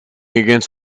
against